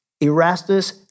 Erastus